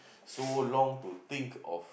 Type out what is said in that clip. so long to think of